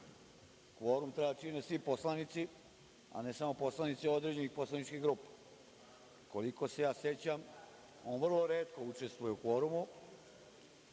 Kvorum čine svi poslanici, a ne samo poslanici određenih poslaničkih grupa. Koliko se ja sećam, on vrlo retko učestvuje u kvorumu.